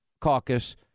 Caucus